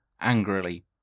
angrily